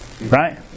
right